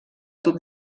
tub